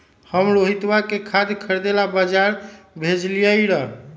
हम रोहितवा के खाद खरीदे ला बजार भेजलीअई र